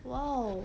!wow!